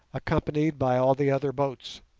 accompanied by all the other boats.